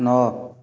ନଅ